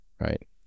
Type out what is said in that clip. right